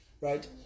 right